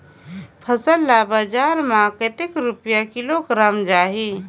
फसल ला बजार मां कतेक रुपिया किलोग्राम जाही?